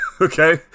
Okay